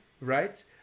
right